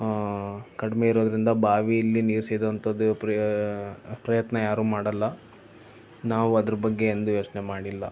ಕಡಿಮೆ ಇರೊದ್ರಿಂದ ಬಾವಿಯಲ್ಲಿ ನೀರು ಸೇದುವಂಥದ್ದು ಪ್ರಯತ್ನ ಯಾರೂ ಮಾಡೊಲ್ಲ ನಾವು ಅದರ ಬಗ್ಗೆ ಎಂದೂ ಯೋಚನೆ ಮಾಡಿಲ್ಲ